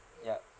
ya